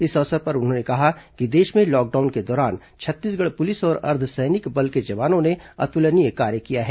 इस अवसर पर उन्होंने कहा कि देश में लॉकडाउन के दौरान छत्तीसगढ़ पुलिस और अर्द्वसैनिक बल के जवानों ने अतुलनीय कार्य किया है